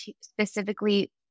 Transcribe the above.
specifically